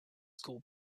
school